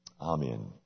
Amen